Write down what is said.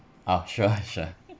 ah sure sure